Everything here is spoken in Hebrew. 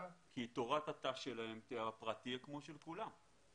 תורת הת"ש שלהם תהיה כמו של כולם.